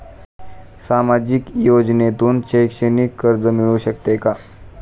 सामाजिक योजनेतून शैक्षणिक कर्ज मिळू शकते का?